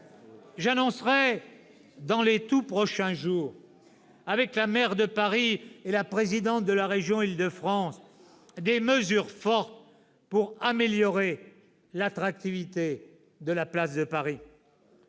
J'annoncerai dans les tout prochains jours, avec la maire de Paris et la présidente de la région d'Île-de-France, des mesures fortes pour améliorer l'attractivité de la place de Paris.